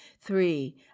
Three